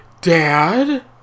Dad